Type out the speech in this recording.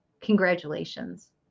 congratulations